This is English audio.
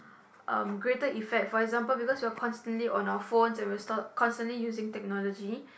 um greater effect for example because we're constantly on our phones and we're constantly using technology